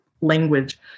language